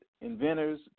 inventors